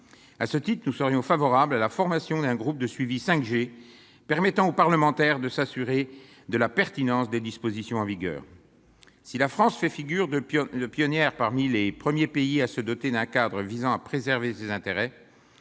À ce titre, nous serions favorables à la formation d'un groupe de suivi 5G, afin de permettre aux parlementaires de s'assurer de la pertinence des dispositions en vigueur. Si la France fait figure de pionnière parmi les premiers pays à se doter d'un cadre visant à préserver leurs intérêts,